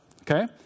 Okay